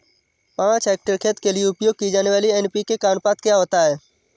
पाँच हेक्टेयर खेत के लिए उपयोग की जाने वाली एन.पी.के का अनुपात क्या होता है?